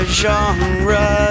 genre